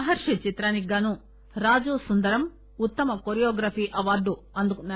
మహర్షి చిత్రానికి గాను రాజుసుందరం ఉత్తమ కొరియాగ్రఫీ అవార్డు అందుకున్నారు